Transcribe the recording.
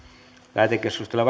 lähetekeskustelua